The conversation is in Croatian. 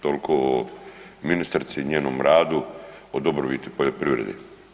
Toliko o ministrici i njenom radu, o dobrobiti poljoprivrede.